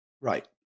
right